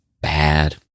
bad